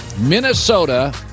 Minnesota